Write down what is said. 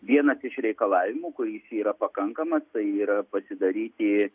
vienas iš reikalavimų kuris yra pakankamas tai yra pasidaryti